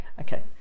Okay